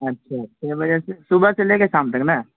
اچھا چھ بجے سے صبح سے لے کے شام تک نا